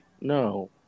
No